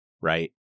right